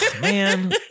Man